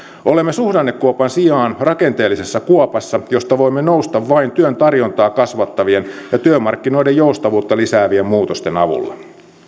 olemme suhdannekuopan sijaan rakenteellisessa kuopassa josta voimme nousta vain työn tarjontaa kasvattavien ja työmarkkinoiden joustavuutta lisäävien muutosten avulla